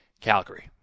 Calgary